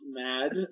mad